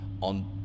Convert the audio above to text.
on